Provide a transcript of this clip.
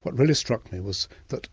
what really struck me was that